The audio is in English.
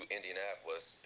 Indianapolis